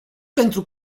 pentru